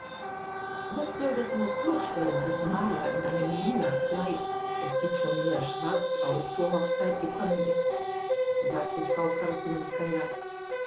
was soll das nur vorstellen daß marja in einem lila kleid es sieht schon mehr schwarz aus zur hochzeit gekommen ist sagte frau